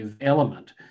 element